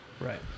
Right